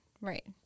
Right